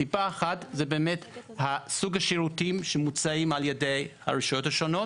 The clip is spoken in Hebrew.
סיבה אחת זה סוג השירותים שמוצעים על ידי הרשויות השונות,